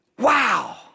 Wow